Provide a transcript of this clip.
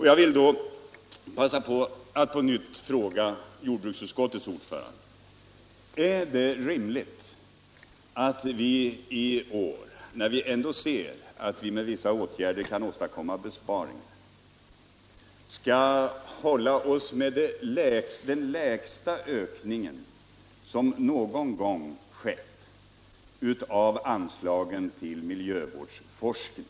Jag vill passa på att på nytt fråga honom: Är det rimligt att vi i år, när vi ändå ser att vi med vissa åtgärder kan åstadkomma besparingar, skall hålla oss med den lägsta ökning som någonsin skett av anslagen till miljövårdsforskning?